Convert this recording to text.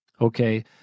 Okay